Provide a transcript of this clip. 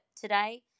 today